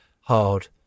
hard